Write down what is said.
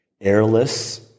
airless